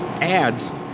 Ads